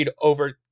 over